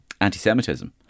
anti-Semitism